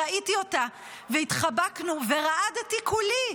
ראיתי אותה והתחבקנו, ורעדתי כולי